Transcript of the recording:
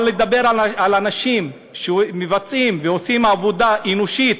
אבל לדבר על אנשים שעושים עבודה אנושית,